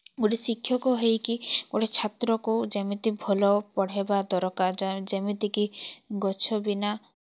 ଗୋଟେ ଶିକ୍ଷକ ହେଇକି ଗୋଟେ ଛାତ୍ରକୁ ଯେମିତି ଭଲ ପଢ଼େଇବା ଦରକାର ଯେମିତିକି ଗଛ ବିନା